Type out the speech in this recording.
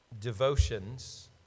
devotions